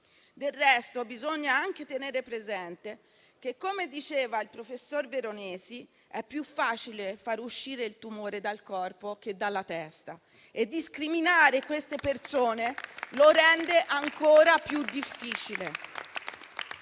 Del resto, bisogna anche tenere presente che - come diceva il professor Veronesi - è più facile far uscire il tumore dal corpo che dalla testa e discriminare queste persone lo rende ancora più difficile.